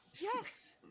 Yes